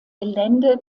gelände